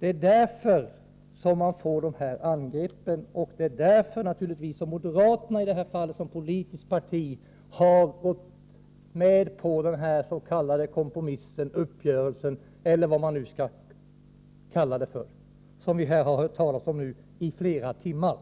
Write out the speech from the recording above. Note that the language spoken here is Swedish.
Det är därför som man får de här angreppen, och det är naturligtvis därför som moderaterna som politiskt parti har gått med på kompromissen, uppgörelsen eller vad man skall kalla det för, som vi nu har hört talas om i flera timmar.